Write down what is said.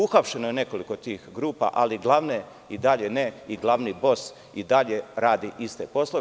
Uhapšeno je nekoliko tih grupa, ali glavne i dalje ne i glavni bos i dalje radi iste poslove.